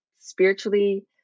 Spiritually